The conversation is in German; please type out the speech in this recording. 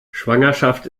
schwangerschaft